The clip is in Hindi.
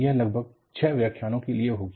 यह लगभग छः व्याख्यानो के लिए होगी